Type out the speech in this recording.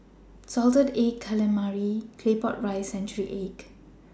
Salted Egg Calamari Claypot Rice and Century Egg